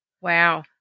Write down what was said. wow